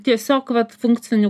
tiesiog vat funkciniu